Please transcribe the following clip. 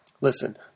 Listen